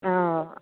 ஆ